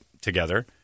together